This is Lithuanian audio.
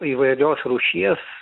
įvairios rūšies